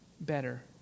better